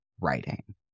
writing